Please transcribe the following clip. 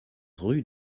rue